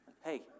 Hey